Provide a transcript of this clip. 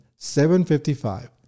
755